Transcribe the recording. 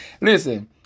Listen